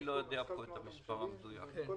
אני לא יודע את המספר המדויק.